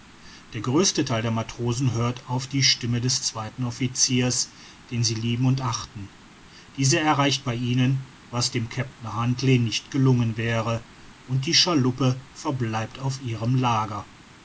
der größte theil der matrosen hört auf die stimme des zweiten officiers den sie lieben und achten dieser erreicht bei ihnen was dem kapitän huntly nicht gelungen wäre und die schaluppe verbleibt auf ihrem lager